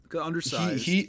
undersized